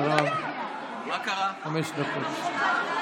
חמש דקות.